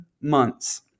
months